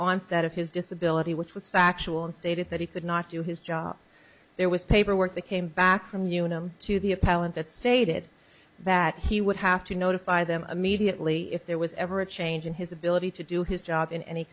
onset of his disability which was factual and stated that he could not do his job there was paperwork that came back from unum to the appellant that stated that he would have to notify them immediately if there was ever a change in his ability to do his job in any